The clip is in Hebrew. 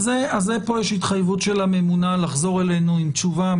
אז פה יש התחייבות של הממונה לחזור אלינו עם תשובה.